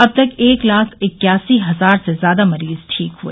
अब तक एक लाख इक्यासी हजार से ज्यादा मरीज ठीक हुए